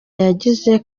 yagize